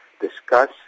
discuss